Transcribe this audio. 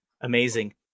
amazing